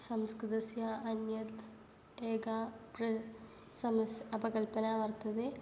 संस्कृतस्य अन्यत् एका प्र समस्या अपकल्पना वर्तते